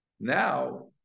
Now